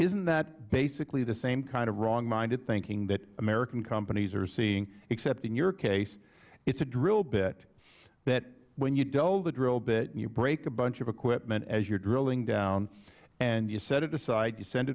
isn't that basically the same kind of wrongminded thinking that american companies are seeing except in your case it's a drill bit that when you dull the drill bit you break a bunch of equipment as you're drilling down and you set it aside and send